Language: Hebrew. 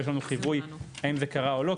ויש לנו חיווי האם זה קרה או לא,